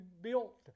built